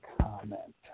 comment